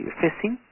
facing